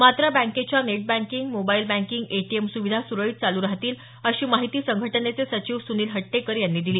मात्र बँकेच्या net banking mobile banking ATM सुविधा सुरळीत चालू राहतील अशी माहिती संघटनेचे सचिव सुनील हट्टेकर यांनी दिली